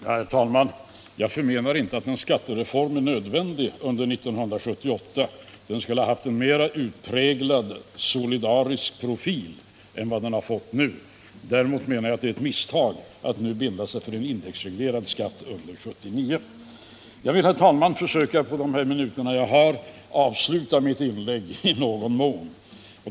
Herr talman! Jag påstår inte att en skattereform inte är nödvändig under 1978, men den skulle ha haft en mer utpräglad solidarisk profil än den nu har fått. Däremot menar jag att det är ett misstag att nu binda sig för en indexreglerad skatt under 1979. Jag skall, herr talman, försöka att på de minuter jag nu har försöka i någon mån avsluta mitt tidigare inlägg.